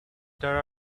there